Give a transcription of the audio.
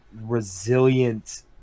resilient